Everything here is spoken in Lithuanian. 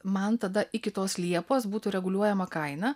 man tada iki tos liepos būtų reguliuojama kaina